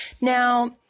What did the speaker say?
Now